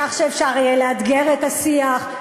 כך שאפשר יהיה לאתגר את השיח,